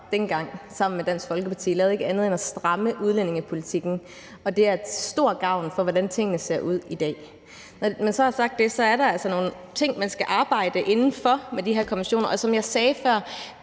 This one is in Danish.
dengang sammen med Dansk Folkeparti – lavede ikke andet end at stramme udlændingepolitikken. Og det har haft stor gavn og indflydelse på, hvordan tingene ser ud i dag. Når jeg så har sagt det, er der altså noget, man skal arbejde inden for med de her konventioner. Som jeg sagde før,